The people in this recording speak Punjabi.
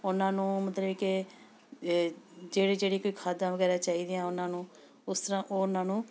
ਉਹਨਾਂ ਨੂੰ ਮਤਲਬ ਕਿ ਜਿਹੜੀ ਜਿਹੜੀ ਕੋਈ ਖਾਦਾਂ ਵਗੈਰਾ ਚਾਹੀਦੀਆਂ ਉਹਨਾਂ ਨੂੰ ਉਸ ਤਰ੍ਹਾਂ ਉਹ ਉਹਨਾਂ ਨੂੰ